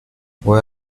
voy